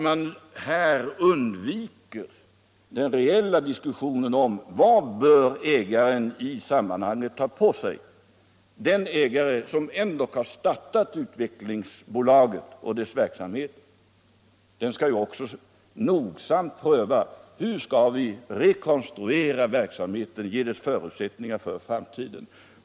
Man undviker den reeha diskussionen om vad ägaren i sammanhanget bör ta på sig, den ägare som ändock startat Svenska Utvecklingsaktiebolaget och dess verksamhet. Ägaren skall ju också nogsamt pröva hur man skall rekonstruera verksamheten och ge förutsättningar för framtiden.